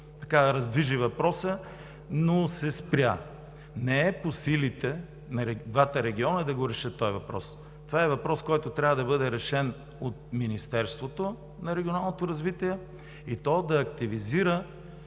се раздвижи въпросът, но се спря. Не е по силите на двата региона да решат този въпрос. Това е въпрос, който трябва да бъде решен от Министерството на регионалното развитие и